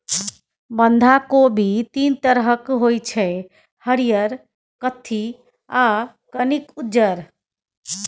बंधा कोबी तीन तरहक होइ छै हरियर, कत्थी आ कनिक उज्जर